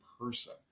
person